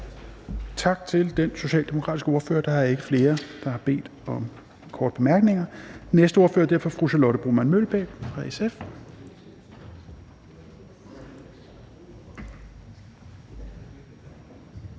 Tak til den socialdemokratiske ordfører. Der er ikke flere, der har bedt om ordet til korte bemærkninger. Den næste ordfører er fru Charlotte Broman Mølbæk fra SF.